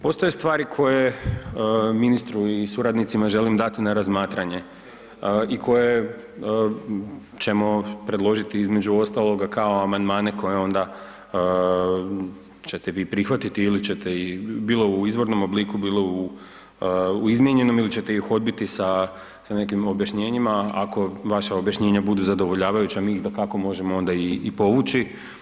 Postoje stvari koje ministru i suradnicima želim dati na razmatranje i koje ćemo predložiti između ostaloga kao amandmane koje onda ćete vi prihvatiti ili ćete ih bilo u izvornom obliku, bilo u izmijenjenom ili ćete ih odbiti sa nekim objašnjenjima ako vaša objašnjena budu zadovoljavajuća mi ih dakako možemo onda i povući.